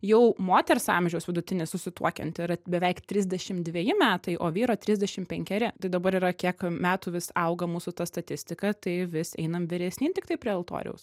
jau moters amžiaus vidutinis susituokiant yra beveik trisdešim dveji metai o vyro trisdešim penkeri tai dabar yra kiek metų vis auga mūsų ta statistika tai vis einam vyresnyn tiktai prie altoriaus